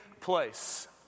place